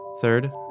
Third